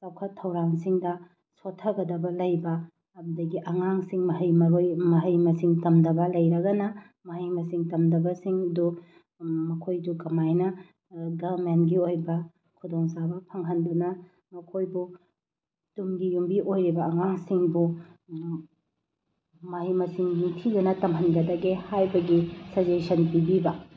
ꯆꯥꯎꯈꯠ ꯊꯧꯔꯥꯡꯁꯤꯡꯗ ꯁꯣꯠꯊꯒꯗꯕ ꯂꯩꯕ ꯑꯗꯨꯗꯒꯤ ꯑꯉꯥꯡꯁꯤꯡ ꯃꯍꯩ ꯃꯁꯤꯡ ꯇꯝꯗꯕ ꯂꯩꯔꯒꯅ ꯃꯍꯩ ꯃꯁꯤꯡ ꯇꯝꯗꯕꯁꯤꯡꯗꯨ ꯃꯈꯣꯏꯗꯨ ꯀꯃꯥꯏꯅ ꯒꯃꯦꯟꯒꯤ ꯑꯣꯏꯕ ꯈꯨꯗꯣꯡꯆꯥꯕ ꯐꯪꯍꯟꯗꯨꯅ ꯃꯈꯣꯏꯕꯨ ꯇꯨꯡꯒꯤ ꯌꯨꯝꯕꯤ ꯑꯣꯏꯔꯤꯕ ꯑꯉꯥꯡꯁꯤꯡꯕꯨ ꯃꯍꯩ ꯃꯁꯤꯡ ꯅꯤꯡꯊꯤꯖꯅ ꯇꯝꯍꯟꯒꯗꯒꯦ ꯍꯥꯏꯕꯒꯤ ꯁꯖꯦꯁꯟ ꯄꯤꯕꯤꯕ